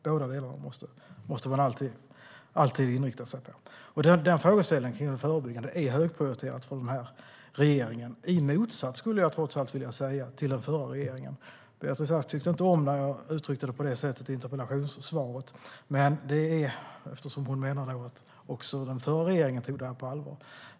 Frågan om det förebyggande arbetet är högprioriterad för den här regeringen i motsats, skulle jag trots allt vilja säga, till den förra regeringen. Beatrice Ask tyckte inte om att jag uttryckte det så i interpellationssvaret eftersom hon menar att också den förra regeringen tog frågan på allvar.